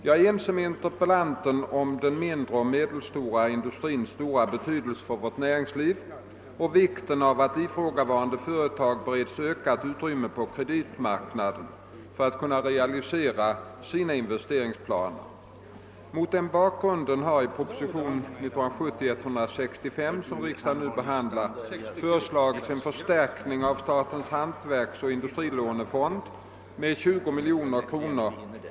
Jag är ense med interpellanten om den mindre och medelstora industrins stora betydelse för vårt näringsliv och vikten av att ifrågavarande företag bereds ökat utrymme på kreditmarknaden för att kunna realisera sina investeringsplaner. Mot denna bakgrund har i propositionen nr 165 år 1970, som riksdagen nu behandlar, föreslagits en förstärkning av statens hantverksoch industrilånefond med 20 miljoner kr.